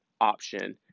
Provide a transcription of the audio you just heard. option